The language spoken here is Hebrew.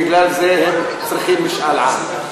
בגלל זה הם צריכים משאל עם.